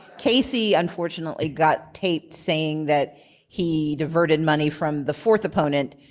casey unfortunately got taped saying that he diverted money from the fourth opponent,